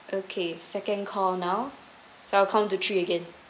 okay second call now so I'll count to three again